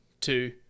two